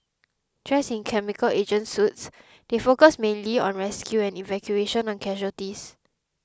dressed in chemical agent suits they focused mainly on rescue and evacuation of casualties